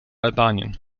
albanien